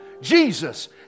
Jesus